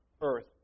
earth